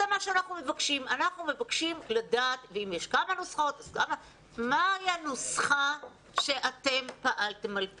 אנחנו מבקשים לדעת מה היא הנוסחה שאתם פעלתם על פיה.